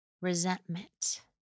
resentment